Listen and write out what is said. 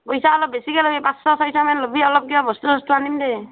পইচা অলপ বেছিকে ল'বি পাঁচশ ছয়শ মান ল'বি অলপ কিবা বস্তু চস্তু আনিম দেই